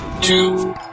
Two